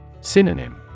Synonym